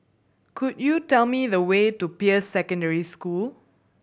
could you tell me the way to Peirce Secondary School